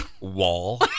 Wall